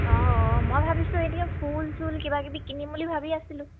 অঁ অঁ মই ভাবিছোঁ এতিয়া ফুল চুল কিবা কিবি কিনিম বুলি ভাবি আছিলোঁ